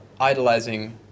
idolizing